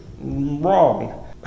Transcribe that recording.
wrong